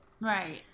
right